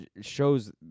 shows